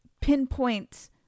pinpoint